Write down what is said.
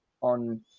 on